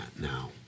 now